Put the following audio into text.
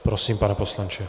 Prosím, pane poslanče.